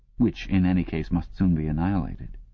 which in any case must soon be annihilated.